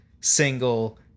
single